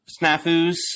snafus